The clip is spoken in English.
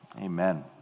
Amen